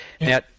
Now